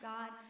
God